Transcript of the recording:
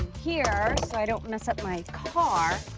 here so i don't mess up my car.